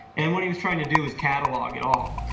and what he was trying to do is catalog it all.